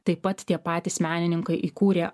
taip pat tie patys menininkai įkūrė